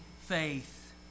faith